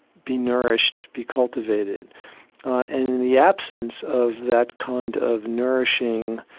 be nourished, be cultivated. and in the absence of that kind of nourishing,